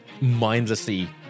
mindlessly